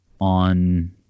on